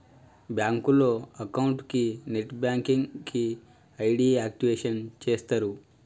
బ్యాంకులో అకౌంట్ కి net banking కి ఐడి యాక్టివేషన్ చేస్తరు